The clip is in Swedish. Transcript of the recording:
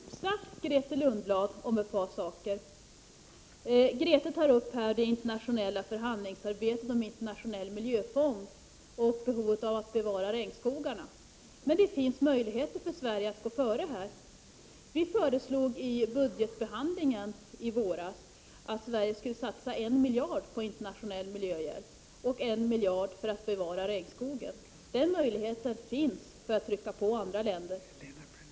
Fru talman! Jag skulle vilja tipsa Grethe Lundblad om ett par saker. Grethe Lundblad tar upp det internationella förhandlingsarbetet om en internationell miljöfond och behovet av att bevara regnskogarna, men det finns möjligheter för Sverige att gå före. Vi föreslog i budgetbehandlingen i våras att Sverige skulle satsa 1 miljard på internationell miljöhjälp och 1 miljard på att bevara regnskogen. Den möjligheten finns för att trycka på andra länder.